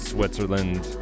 Switzerland